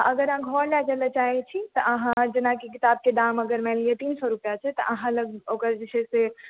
अगर अहाँ घर लए जाए लए चाहै छी तऽ अहाँ जेना किताबके दाम अगर मानि लिअ तीन सए रुपआ छै तऽ अहॉं लग ओकर जे छै से